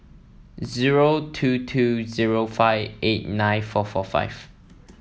zero two two zero five eight nine four four five